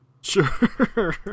Sure